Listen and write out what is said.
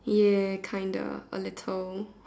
ya kinda a little